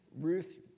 Ruth